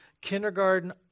kindergarten